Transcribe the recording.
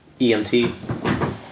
EMT